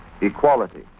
equality